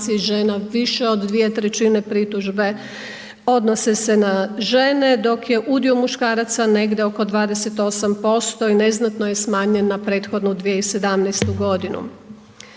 više od 2/3 pritužbe odnose se na žene dok je udio muškaraca negdje oko 28% i neznatno je smanjen na prethodnu 2017. godinu.